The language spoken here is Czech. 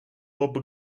bob